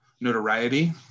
notoriety